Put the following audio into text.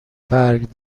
برگ